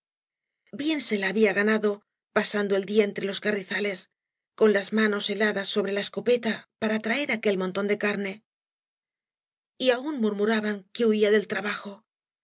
bien se la había ganado pasando el día entre añas y barro lob carrizales con las manos heladas sobre la eseopeta para traer aquel montón de carne y aún murmuraban que huíi del trabajo